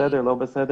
בסדר או לא בסדר,